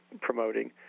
promoting